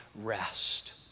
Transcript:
rest